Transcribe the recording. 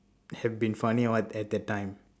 have been funny [what] at that time